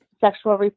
sexual